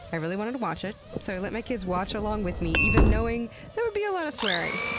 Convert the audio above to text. i really wanted to watch it, so i let my kids watch along with me even knowing there would be a lot of swearing.